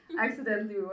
accidentally